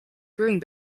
brewing